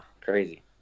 Crazy